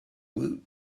woot